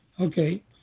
Okay